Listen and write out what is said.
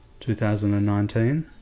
2019